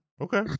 Okay